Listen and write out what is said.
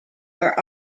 are